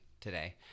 today